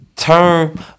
Turn